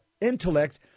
intellect